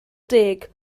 deg